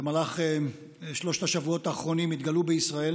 במהלך שלושת השבועות האחרונים התגלו בישראל